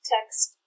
Text